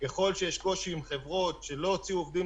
ככל שיש קושי עם חברות שלא הוציאו עובדים